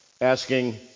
asking